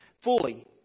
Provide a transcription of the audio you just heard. fully